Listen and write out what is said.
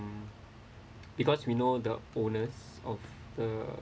because we know the owners of the